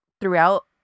throughout